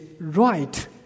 right